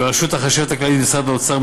בראשות החשבת הכללית במשרד האוצר,